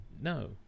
No